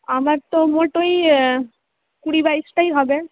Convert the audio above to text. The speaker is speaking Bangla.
আমার তো মোট ওই কুড়ি বাইশটাই হবে